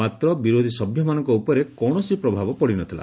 ମାତ୍ର ବିରୋଧୀ ସଭ୍ୟମାନଙ୍କ ଉପରେ କୌଣସି ପ୍ରଭାବ ପଡ଼ିନଥିଲା